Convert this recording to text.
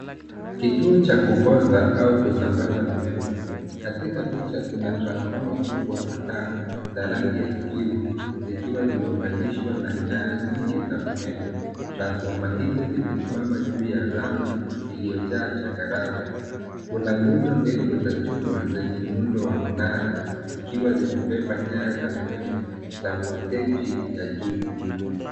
Kituo cha kupooza au kusambazaa umeme, Katika picha kuna transfoma kubwa kadhaa za rangi ya kijivu zikiwa zimeunganishwa na nyaya nyingi za umeme. Transfoma hizi zimesimama juu ya lami iliyojaa changarawe. Kuna guzo ndefu za chuma zenye muundo wa mnara zikiwa zimebeba nyaya za umeme za voltaji ya juu.